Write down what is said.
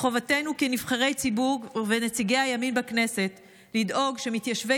מחובתנו כנבחרי ציבור ונציגי הימין בכנסת לדאוג שמתיישבי